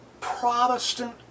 Protestant